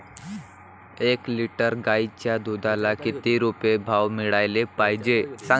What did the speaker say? एक लिटर गाईच्या दुधाला किती रुपये भाव मिळायले पाहिजे?